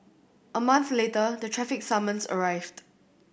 a month later the traffic summons arrived